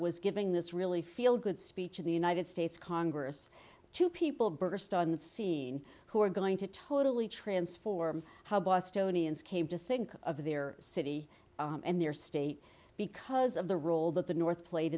was giving this really feel good speech in the united states congress two people burst on the scene who are going to totally transform how bostonians came to think of their city and their state because of the role that the north played